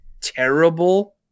terrible